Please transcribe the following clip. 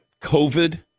COVID